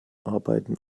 arbeiten